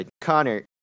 Connor